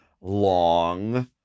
long